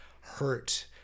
hurt